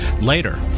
Later